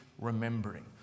remembering